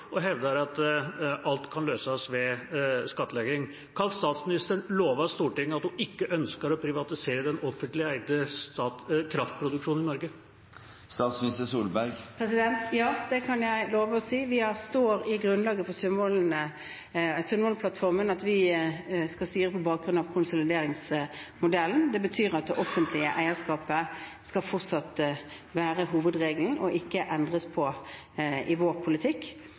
og hevder at alt kan løses ved skattlegging. Kan statsministeren love Stortinget at hun ikke ønsker å privatisere den offentlig eide kraftproduksjonen i Norge? Ja, det kan jeg love og si. Det står i grunnlaget for Sundvolden-plattformen at vi skal styre på bakgrunn av konsolideringsmodellen. Det betyr at det offentlige eierskapet fortsatt skal være hovedregelen og ikke endres på i vår politikk.